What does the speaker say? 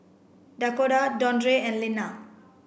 Dakoda Dondre and Linna